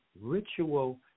Ritual